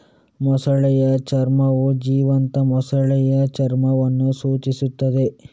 ಮೊಸಳೆಯ ಚರ್ಮವು ಜೀವಂತ ಮೊಸಳೆಯ ಚರ್ಮವನ್ನು ಸೂಚಿಸುತ್ತದೆ